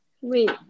wait